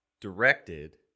directed